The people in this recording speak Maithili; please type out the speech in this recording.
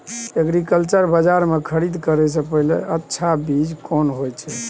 एग्रीकल्चर बाजार में खरीद करे से सबसे अच्छा चीज कोन होय छै?